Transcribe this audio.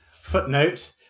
footnote